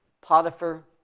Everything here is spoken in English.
Potiphar